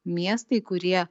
miestai kurie